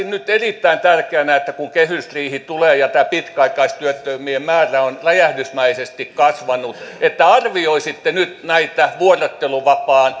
nyt erittäin tärkeänä että kun kehysriihi tulee ja tämä pitkäaikaistyöttömien määrä on räjähdysmäisesti kasvanut niin arvioisitte nyt vuorotteluvapaan